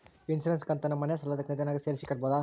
Insurance ಕಂತನ್ನ ಮನೆ ಸಾಲದ ಕಂತಿನಾಗ ಸೇರಿಸಿ ಕಟ್ಟಬೋದ?